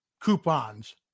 coupons